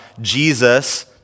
Jesus